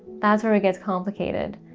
that's where it gets complicated.